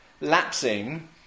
lapsing